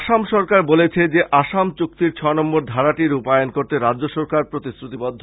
আসাম সরকার বলেছে যে আসাম চুক্তির ছনম্বর ধারাটি রূপায়ণ করতে রাজ্যসরকার প্রতিশ্রাতিবদ্ধ